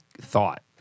thought